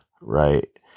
right